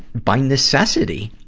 by necessity,